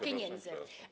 pieniędzy?